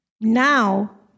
Now